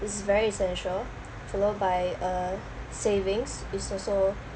is very essential followed by uh savings is also